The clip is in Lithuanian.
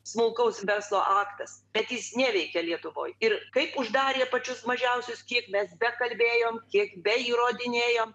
smulkaus verslo aktas bet jis neveikia lietuvoj ir kaip uždarė pačius mažiausius kiek mes bekalbėjom kiek beįrodinėjom